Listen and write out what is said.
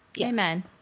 Amen